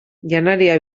janaria